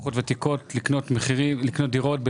אבל דיור בר השגה לזוגות צעירים או לאנשים שצריכים לקנות דירה זה